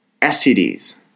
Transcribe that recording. STDs